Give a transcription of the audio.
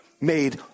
made